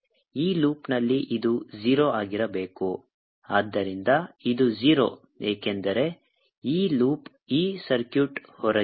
3IRI20 ಆದ್ದರಿಂದ ಇದು 0 ಏಕೆಂದರೆ ಈ ಲೂಪ್ ಈ ಸರ್ಕ್ಯೂಟ್ ಹೊರಗಿದೆ